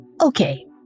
Okay